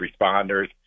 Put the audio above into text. responders